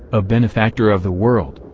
a benefactor of the world,